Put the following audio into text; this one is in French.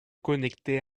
connecter